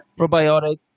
Probiotic